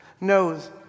knows